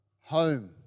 home